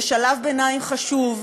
זה שלב ביניים חשוב,